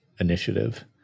initiative